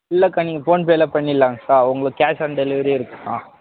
இல்லைக்கா நீங்கள் ஃபோன்பேயில் பண்ணிடலாம்க்கா உங்களுக்கு கேஷ் ஆன் டெலிவெரி இருக்குதுக்கா